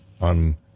on